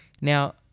Now